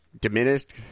diminished